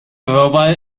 robot